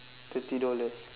thirty dollars